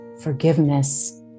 forgiveness